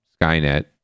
Skynet